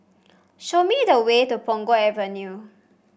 show me the way to Punggol Avenue